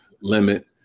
limit